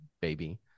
baby